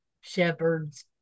shepherds